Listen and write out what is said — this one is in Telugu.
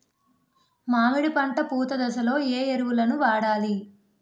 మామిడి పంట పూత దశలో ఏ ఎరువులను వాడాలి?